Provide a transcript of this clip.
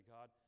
God